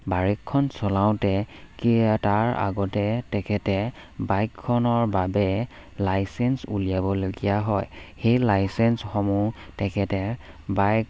বাইকখন চলাওঁতে কি তাৰ আগতে তেখেতে বাইকখনৰ বাবে লাইচেন্স উলিয়াবলগীয়া হয় সেই লাইচেন্সসমূহ তেখেতে বাইক